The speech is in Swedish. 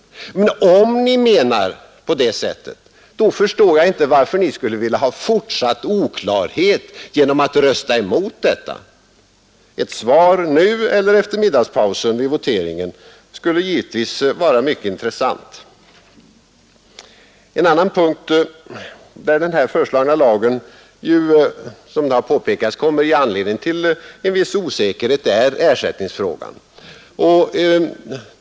Om avsikten är den som herr Lidbom har givit uttryck för, så förstår jag inte varför ni skulle vilja ha fortsatt oklarhet genom att rösta emot reservationen. Ett svar nu eller efter middagspausen vid voteringen skulle givetvis vara mycket intressant. En annan punkt, där den här föreslagna lagen, som det har påpekats, kommer att ge anledning till en viss osäkerhet, är ersättningsfrågan.